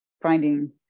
finding